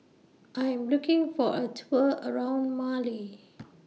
I Am looking For A Tour around Mali